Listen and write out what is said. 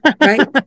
right